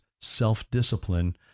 self-discipline